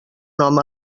nom